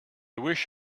wish